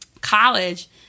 college